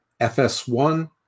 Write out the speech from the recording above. FS1